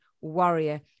Warrior